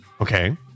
Okay